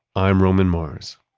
i'm roman mars